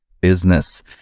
business